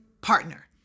partner